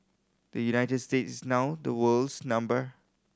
the United States is now the world's number